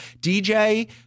DJ